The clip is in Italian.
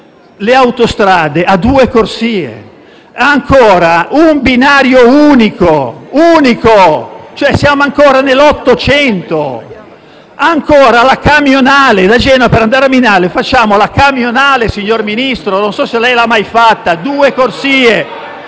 le autostrade a due corsie e che ha ancora un binario unico; siamo ancora nell'Ottocento. Ha ancora la camionale. Da Genova per andare a Milano facciamo la camionale, signor Ministro, non so se lei l'ha mai fatta: due corsie.